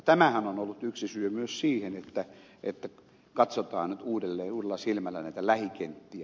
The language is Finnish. tämähän on ollut yksi syy myös siihen että katsotaan nyt uudelleen uudella silmällä näitä lähikenttiä